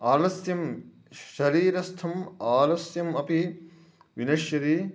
आलस्यं शरीरस्थम् आलस्यम् अपि विनश्यति